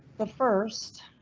the first,